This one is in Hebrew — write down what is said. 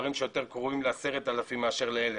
מספרים שיותר קרובים ל 10,000 מאשר ל-1,000.